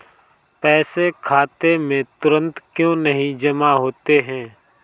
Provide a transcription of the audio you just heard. पैसे खाते में तुरंत क्यो नहीं जमा होते हैं?